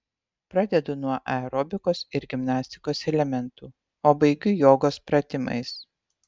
pradedu nuo aerobikos ir gimnastikos elementų o baigiu jogos pratimais